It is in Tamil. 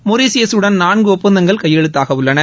மொரீஷியசுடன் நான்கு ஒப்பந்தங்கள் கையெழுத்தாக உள்ளன